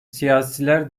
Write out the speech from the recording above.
siyasiler